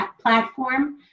platform